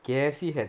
K_F_C had